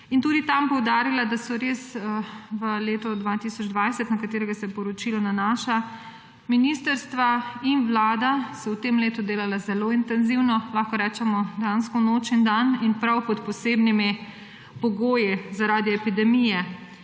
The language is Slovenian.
in tudi tam poudarila, da so res v letu 2020, na katero se poročilo nanaša, ministrstva in Vlada delali zelo intenzivno, lahko rečemo dejansko noč in dan in prav pod posebnimi pogoji zaradi epidemije.